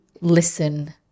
listen